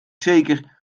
zeker